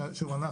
שוב,